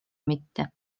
mitte